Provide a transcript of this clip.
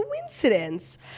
coincidence